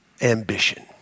ambition